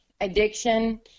addiction